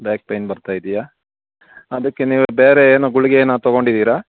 back pain ಬರ್ತಾ ಇದೆಯಾ ಅದಕ್ಕೆ ನೀವು ಬೇರೆ ಏನು ಗುಳಿಗೆ ಏನಾರು ತೊಗೊಂಡಿದಿರಾ